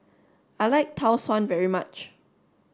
I like Tau Suan very much